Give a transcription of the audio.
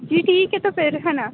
जी ठीक है तो फिर है ना